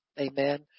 amen